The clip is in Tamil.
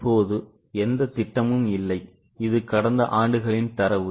இப்போது எந்த திட்டமும் இல்லை இது கடந்த ஆண்டுகளின் தரவு